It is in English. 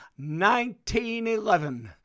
1911